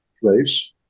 place